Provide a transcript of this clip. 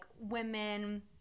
women